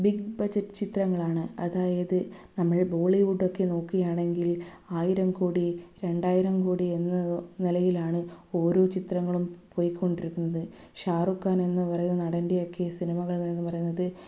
big budget ചിത്രങ്ങളാണ് അതായത് നമ്മൾ ബോളിവുഡൊക്കെ നോക്കുകയാണെങ്കിൽ ആയിരം കോടി രണ്ടായിരം കോടി എന്ന നിലയിലാണ് ഓരോ ചിത്രങ്ങളും പോയ് കൊണ്ടിരിക്കുന്നത് ഷാറൂഖാൻ എന്നു പറയുന്ന നടൻ്റെയൊക്കെ സിനിമകൾ എന്നു പറയുന്നത്